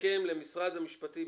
העבירות.